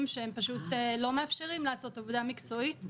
שפשוט לא מאפשרים לעשות עבודה מקצועית.